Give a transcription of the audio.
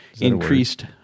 increased